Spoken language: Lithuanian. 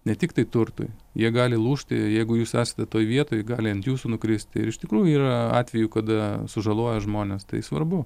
ne tiktai turtui jie gali lūžti ir jeigu jūs esate toj vietoj gali ant jūsų nukrist ir iš tikrųjų yra atvejų kada sužaloja žmones tai svarbu